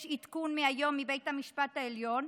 יש עדכון מהיום מבית המשפט העליון,